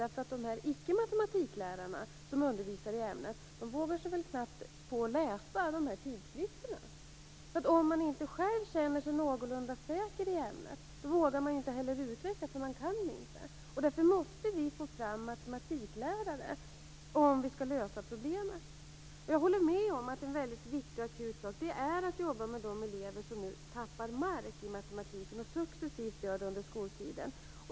De som inte är matematiklärare, men ändå undervisar i ämnet, vågar sig väl knappt på att läsa de här tidskrifterna. Om man inte själv känner sig någorlunda säker i ämnet, vågar man inte heller utvecklas, för man kan inte. Därför måste vi få fram matematiklärare om vi skall lösa problemet. Jag håller med om att en väldigt viktig och akut sak är att jobba med de elever som nu tappar mark i matematiken och som successivt gör det under skoltiden.